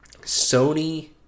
Sony